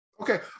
okay